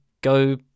go